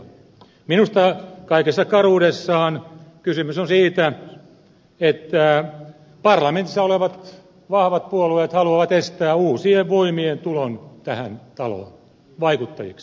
minusta kysymys on kaikessa karuudessaan siitä että parlamentissa olevat vahvat puolueet haluavat estää uusien voimien tulon tähän taloon vaikuttajiksi